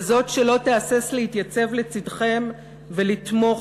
כזאת שלא תהסס להתייצב לצדכם ולתמוך